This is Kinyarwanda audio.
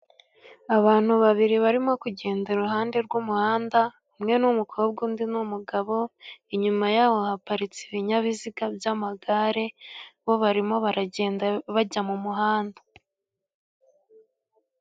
Abantu babiri barimo kugenda iruhande rw'umuhanda umwe n'umukobwa undi umugabo. Inyuma yabo haparitse ibinyabiziga by'amagare bo barimo baragenda bajya mu muhanda.